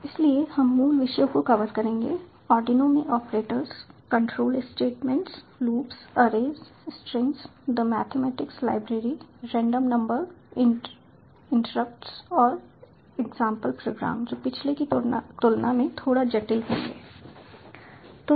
इसलिए हम मूल विषयों को कवर करेंगे आर्डिनो में operators control statements loops arrays strings the mathematics library random number interrupts और एग्जांपल प्रोग्राम जो पिछले की तुलना में थोड़ा जटिल होंगे